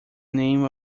name